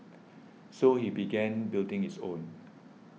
so he began building his own